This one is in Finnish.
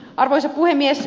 arvoisa puhemies